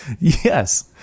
Yes